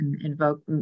invoke